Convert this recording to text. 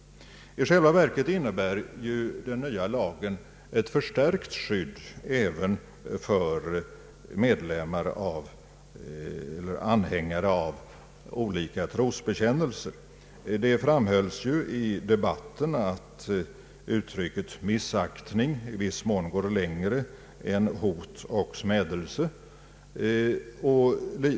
I själva verket innebär den nya lagen ett förstärkt skydd även för anhängare av olika trosbekännelser. Det framhölls i debatten i går att uttrycket missaktning i viss mån går längre än uttrycken hot eller smädelse.